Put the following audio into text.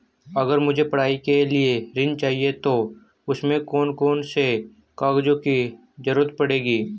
अगर मुझे पढ़ाई के लिए ऋण चाहिए तो उसमें कौन कौन से कागजों की जरूरत पड़ेगी?